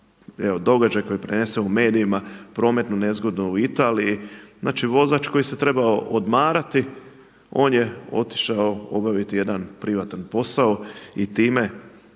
događaj koji je prenesen u medijima, prometnu nezgodu u Italiji, znači vozač koji se trebao odmarati, on je otišao obaviti jedan privatan posao i time